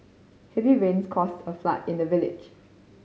heavy rains caused a flood in the village